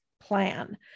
plan